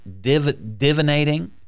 divinating